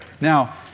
Now